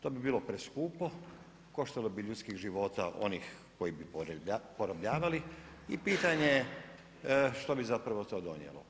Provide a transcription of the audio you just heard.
To bi bilo preskupo, koštalo bi ljudskih života, onih koji bi porobljavali i pitanje je što bi zapravo to donijelo?